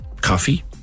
coffee